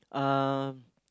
um